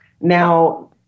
Now